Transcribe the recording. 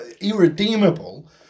irredeemable